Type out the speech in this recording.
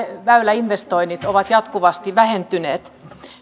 väyläinvestoinnit ovat jatkuvasti vähentyneet